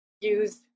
use